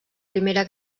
primera